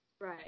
Right